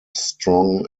strong